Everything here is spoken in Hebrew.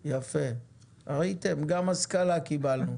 ראיתם, גם השכלה קיבלנו.